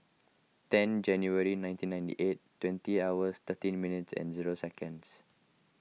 ten January nineteen ninety eight twenty hours thirteen minutes and zero seconds